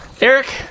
Eric